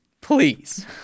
Please